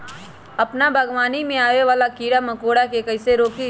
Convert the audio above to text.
अपना बागवानी में आबे वाला किरा मकोरा के कईसे रोकी?